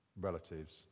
relatives